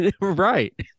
Right